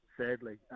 sadly